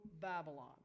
Babylon